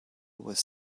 was